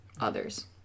others